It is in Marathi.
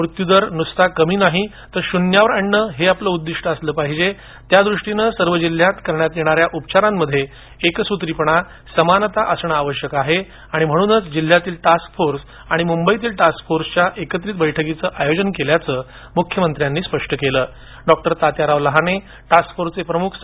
मृत्यूदर न्सता कमी नाही तर शून्यावर आणणं हेच आपलं उद्घिष्ट असलं पाहिजे त्यादृष्टीने सर्व जिल्ह्यांत करण्यात येणाऱ्या उपचारांमध्ये एकसूत्रीपणा आणि समानता असणं आवश्यक आहे आणि म्हणूनच जिल्ह्यांतील टास्क फोर्स आणि मुंबईतील टास्क फोर्सच्या एकत्रित बैठकीचं आयोजन केल्याचं त्यांनी स्पष्ट केलं डॉ तात्याराव लहाने टास्क फोर्सचे प्रमुख डॉ